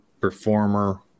performer